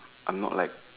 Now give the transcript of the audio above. I'm not like